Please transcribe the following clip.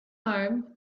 home